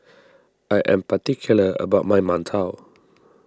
I am particular about my Mantou